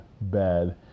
bad